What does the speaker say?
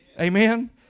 Amen